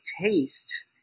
taste